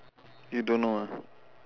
you don't know ah